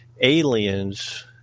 aliens